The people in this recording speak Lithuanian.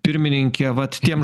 pirmininke vat tiem